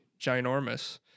ginormous